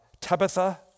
Tabitha